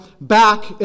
back